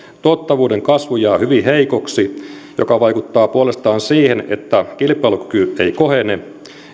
tuottavuuden kasvu jää hyvin heikoksi mikä vaikuttaa puolestaan siihen että kilpailukyky ei kohene